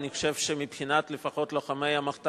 אני חושב שלפחות מבחינת לוחמי המחתרות,